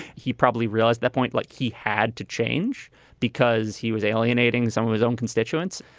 he probably realized that point like he had to change because he was alienating some of his own constituents.